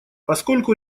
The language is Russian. поскольку